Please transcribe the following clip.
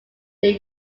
their